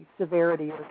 severity